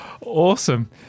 awesome